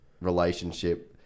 relationship